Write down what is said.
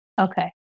Okay